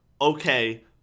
okay